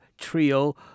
trio